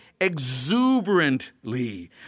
exuberantly